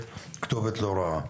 כתובת לא רעה.